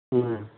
হুম